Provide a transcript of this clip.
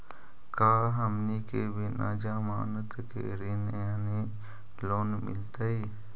का हमनी के बिना जमानत के ऋण यानी लोन मिलतई?